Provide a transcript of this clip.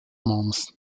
mons